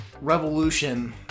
revolution